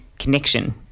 connection